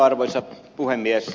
arvoisa puhemies